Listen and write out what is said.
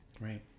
Right